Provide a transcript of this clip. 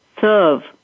Serve